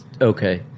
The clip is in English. okay